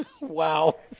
Wow